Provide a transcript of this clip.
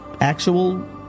actual